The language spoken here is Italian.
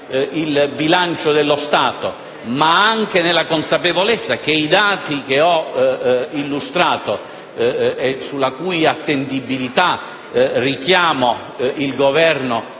il bilancio dello Stato, ma anche nella consapevolezza dei dati che ho illustrato (sulla cui attendibilità richiamo il Governo